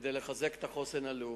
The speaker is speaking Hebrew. כדי לחזק את החוסן הלאומי.